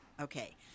Okay